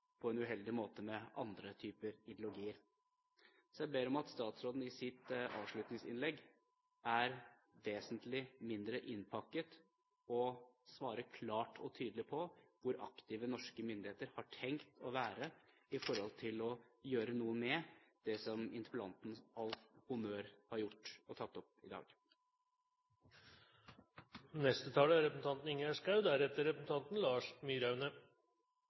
på en uheldig måte med andre typer ideologier. Så jeg ber om at statsrådens avslutningsinnlegg er vesentlig mindre innpakket, og at hun svarer klart og tydelig på hvor aktive norske myndigheter har tenkt å være i forhold til å gjøre noe med det som interpellanten, med all honnør, har tatt opp i dag. Jeg hørte representanten